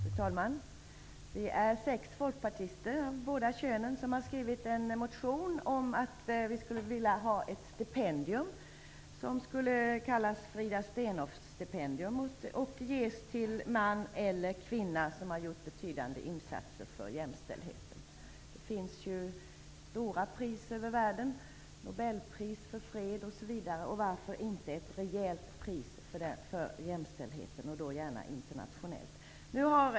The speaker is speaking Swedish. Fru talman! Vi är sex folkpartister av båda könen som har skrivit en motion om att vi skulle vilja inrätta ett stipendium som skulle kallas Frida Steenhoff-stipendiet. Detta stipendium skulle ges till man eller kvinna som har gjort betydande insatser för jämställdheten. Det finns stora pris i världen -- Nobelpris för fred är ett exempel. Varför kan man då inte ha ett rejält pris för jämställdhet, gärna internationellt.